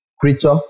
creature